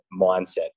mindset